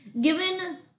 Given